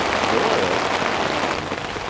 doyle, i repeated,